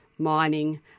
mining